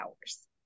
hours